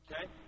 Okay